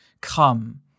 come